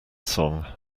song